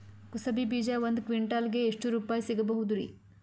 ಕುಸಬಿ ಬೀಜ ಒಂದ್ ಕ್ವಿಂಟಾಲ್ ಗೆ ಎಷ್ಟುರುಪಾಯಿ ಸಿಗಬಹುದುರೀ?